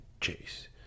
Chase